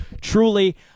Truly